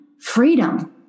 freedom